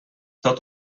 tot